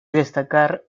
destacar